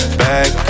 back